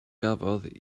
gafodd